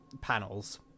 panels